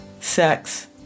sex